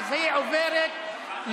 נתת לו מילה.